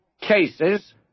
cases